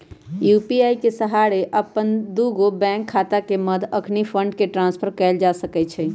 UPI के सहारे अप्पन दुगो बैंक खता के मध्य अखनी फंड के ट्रांसफर कएल जा सकैछइ